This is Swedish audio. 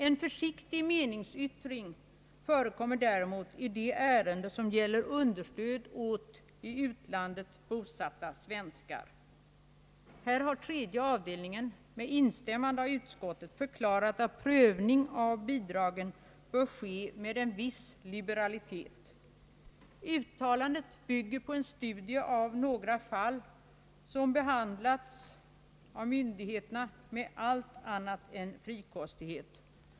En försiktig meningsyttring förekommer däremot i det ärende, som gäller understöd åt i utlandet bosatia svenskar. Här har tredje avdelningen med instämmande av utskottet förklarat att prövning av bidragen bör vidtagas med en viss liberalitet. Uttalandet bygger på en studie av några fall som behandlats av myndigheterna med allt annat än frikostighet.